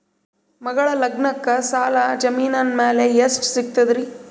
ಮಗಳ ಲಗ್ನಕ್ಕ ಸಾಲ ಜಮೀನ ಮ್ಯಾಲ ಎಷ್ಟ ಸಿಗ್ತದ್ರಿ?